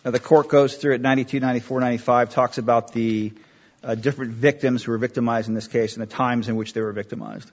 of the court goes through at ninety three ninety four ninety five talks about the different victims who were victimized in this case and the times in which they were victimized